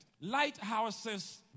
Lighthouses